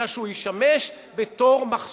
אלא שהוא ישמש מחסום,